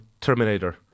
Terminator